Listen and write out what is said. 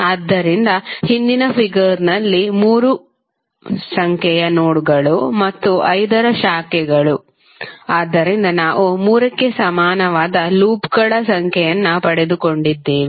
ಆದ್ದರಿಂದ ಹಿಂದಿನ ಫಿಗರ್ನಲ್ಲಿ 3 ಸಂಖ್ಯೆಯ ನೋಡ್ಗಳುnodes ಮತ್ತು 5ರ ಶಾಖೆಗಳು ಆದ್ದರಿಂದ ನಾವು 3 ಕ್ಕೆ ಸಮಾನವಾದ ಲೂಪ್ಗಳ ಸಂಖ್ಯೆಯನ್ನು ಪಡೆದುಕೊಂಡಿದ್ದೇವೆ